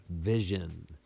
vision